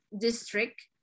district